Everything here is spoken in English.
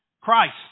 Christ